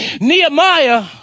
Nehemiah